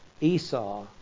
Esau